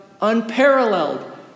unparalleled